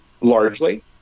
largely